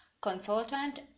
consultant